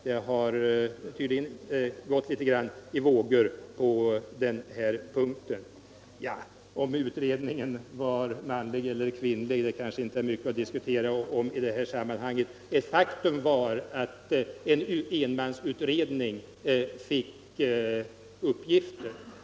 Det har tydligen gått litet i vågor på den här punkten. Om utredningen var manlig eller kvinnlig är kanske inte mycket att diskutera i detta sammanhang. Ett faktum är att en enmansutredning fick uppgiften.